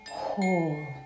whole